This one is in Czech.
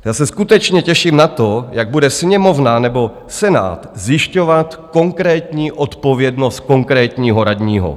Já se skutečně těším na to, jak bude Sněmovna nebo Senát zjišťovat konkrétní odpovědnost konkrétního radního.